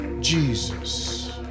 Jesus